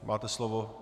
Máte slovo.